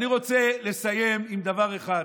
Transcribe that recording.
אני רוצה לסיים עם דבר אחד.